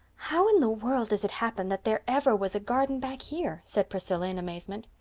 how in the world does it happen that there ever was a garden back here? said priscilla in amazement.